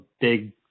big